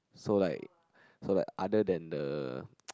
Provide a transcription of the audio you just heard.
so like so like other than the